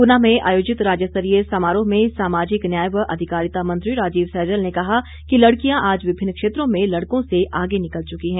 ऊना में आयोजित राज्य स्तरीय समारोह में सामाजिक न्याय व अधिकारिता मंत्री राजीव सैजल ने कहा कि लड़कियां आज विभिन्न क्षेत्रों में लड़कों से आगे निकल चुकी हैं